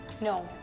No